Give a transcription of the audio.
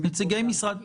זה נכון.